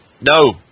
No